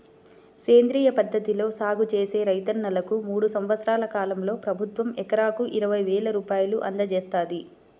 సేంద్రియ పద్ధతిలో సాగు చేసే రైతన్నలకు మూడు సంవత్సరాల కాలంలో ప్రభుత్వం ఎకరాకు ఇరవై వేల రూపాయలు అందజేత్తంది